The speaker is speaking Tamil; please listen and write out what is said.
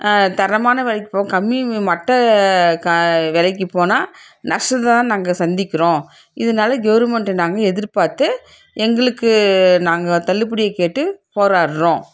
தரமான விலைக்கி போகும் கம்மிம்மு மட்ட க விலைக்கி போனால் நஷ்டத்தைத்தான் நாங்கள் சந்திக்கிறோம் இதனால கவுருமெண்ட்டை நாங்கள் எதிர்பார்த்து எங்களுக்கு நாங்கள் தள்ளுபடிய கேட்டு போராடுறோம்